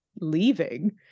leaving